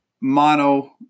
mono